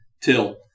till